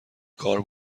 کار